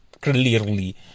clearly